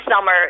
summer